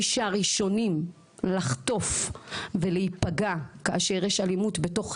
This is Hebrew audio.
מי שהראשונים לחטוף ולהיפגע כאשר יש אלימות בתוך חברה,